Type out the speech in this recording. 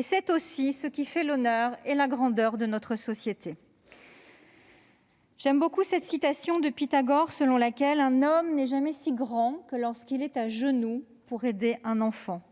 C'est aussi ce qui fait l'honneur et la grandeur de notre société. J'aime beaucoup cette citation de Pythagore :« Un homme n'est jamais si grand que lorsqu'il est à genoux pour aider un enfant ».